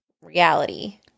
reality